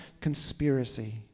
conspiracy